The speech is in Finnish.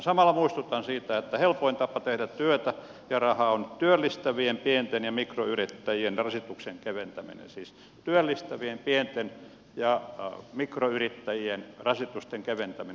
samalla muistutan siitä että helpoin tapa tehdä työtä ja rahaa on työllistävien pienten ja mikroyrittäjien rasituksen keventäminen siis työllistävien pienten ja mikroyrittäjien rasitusten keventäminen